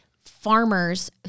farmers